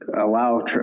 allow